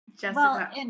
Jessica